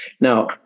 now